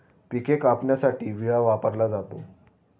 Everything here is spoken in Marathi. पिके कापण्यासाठी विळा वापरला जातो